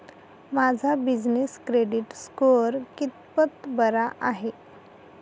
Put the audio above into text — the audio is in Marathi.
माझा बिजनेस क्रेडिट स्कोअर कितपत बरा आहे?